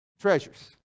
treasures